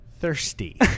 thirsty